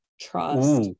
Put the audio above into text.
trust